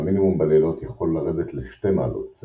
והמינימום בלילות יכול לרדת ל-2°C